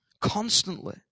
Constantly